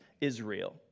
Israel